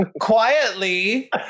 Quietly